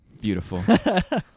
Beautiful